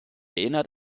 erinnert